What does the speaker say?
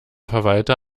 verwalter